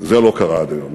זה לא קרה עד היום,